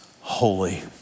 holy